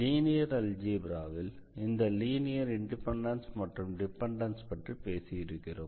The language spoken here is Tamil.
லீனியர் அல்ஜீப்ராவில் இந்த லீனியர் இண்டிபெண்டன்ஸ் மற்றும் டிபெண்டன்ஸ் பற்றி பேசியிருக்கிறோம்